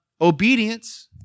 obedience